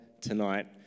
tonight